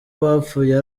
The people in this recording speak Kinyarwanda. abapfuye